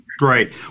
Right